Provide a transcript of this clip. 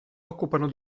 occupano